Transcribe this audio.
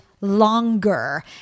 longer